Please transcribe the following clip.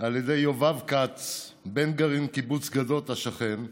על ידי יובב כץ, בן גרעין בקיבוץ גדות השכן,